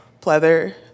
pleather